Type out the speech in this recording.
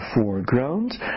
foreground